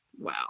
Wow